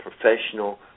professional